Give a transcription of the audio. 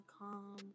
calm